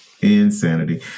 insanity